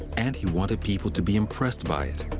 and he wanted people to be impressed by it.